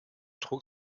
trug